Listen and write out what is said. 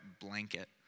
blanket